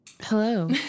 Hello